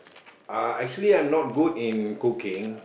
uh actually I'm not good in cooking